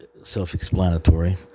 self-explanatory